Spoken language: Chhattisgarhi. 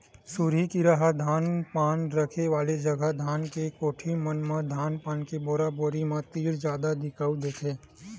सुरही कीरा ह धान पान रखे वाले जगा धान के कोठी मन म धान पान के बोरा बोरी मन तीर जादा दिखउल देथे